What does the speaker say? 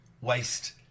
Waste